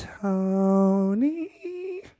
Tony